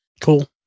cool